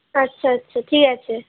আচ্ছা আচ্ছা ঠিক আছে